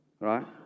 Right